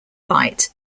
light